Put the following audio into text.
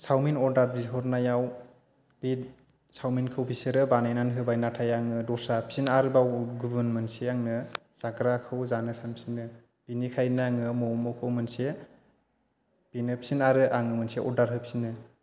सावमिन अर्डार बिहरनायाव बे सावमिनखौ बिसोरो बानायनानै होबाय नाथाय आङो दस्रा फिन आरोबाव गुबुन मोनसे आङो जाग्राखौ जानो सानफिनो बेनिखायनो आङो मम'खौ मोनसे बेनो फिन आरो आङो मोनसे अर्डार होफिनो